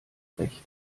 recht